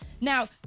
Now